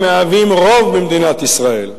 המהווים רוב במדינת ישראל,